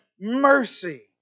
mercy